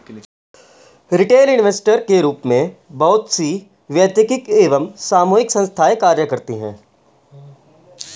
retail investor के रूप में बहुत सी वैयक्तिक एवं सामूहिक संस्थाएं कार्य करती हैं